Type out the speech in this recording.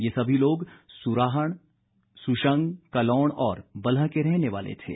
ये सभी लोग सुराहण सुशंग कलौण और बल्ह के रहने वाले थे